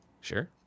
Sure